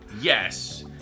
Yes